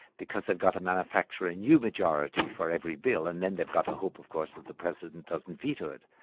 because they've got to manufacture a and new majority for every bill, and then they've got to hope of course that the president doesn't veto it.